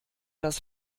das